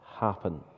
happen